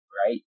right